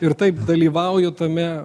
ir taip dalyvauju tame